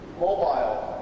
mobile